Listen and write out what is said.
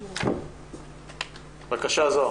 בבקשה.